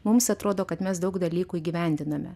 mums atrodo kad mes daug dalykų įgyvendiname